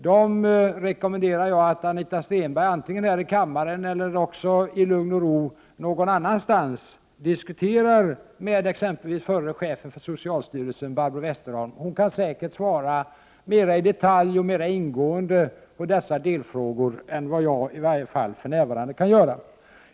Jag rekommenderar Anita Stenberg att i lugn och ro antingen här i kammaren eller någon annanstans diskutera de frågor som hon har ställt till mig med t.ex. den förra chefen för socialstyrelsen, Barbro Westerholm. Barbro Westerholm kan säkert svara mer i detalj och mera ingående på dessa delfrågor än vad jag för närvarande kan göra.